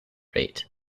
rate